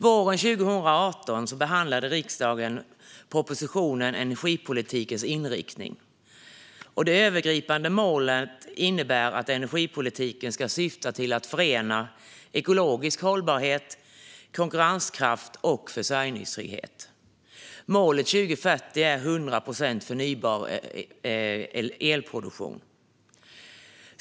Våren 2018 behandlade riksdagen propositionen Energipolitikens inriktning . Det övergripande målet innebär att energipolitiken ska syfta till att förena ekologisk hållbarhet, konkurrenskraft och försörjningstrygghet. Målet 2040 är 100 procent förnybar elproduktion.